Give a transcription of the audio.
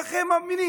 כך הם מאמינים,